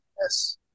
Yes